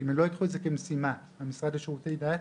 אם לא יקחו את זה כמשימה, המשרד לשירותי דת,